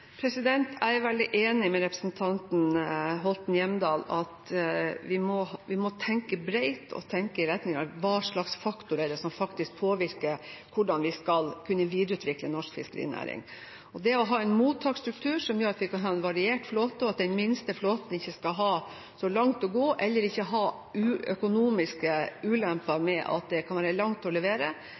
at vi må tenke bredt og tenke i retning av hva slags faktorer det er som faktisk påvirker hvordan vi skal kunne videreutvikle norsk fiskerinæring. Det å ha en mottaksstruktur som gjør at vi kan ha en variert flåte, og at den minste flåten ikke skal ha for langt å gå, eller ikke ha økonomiske ulemper med at det kan være langt for å levere,